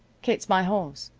kate's my horse.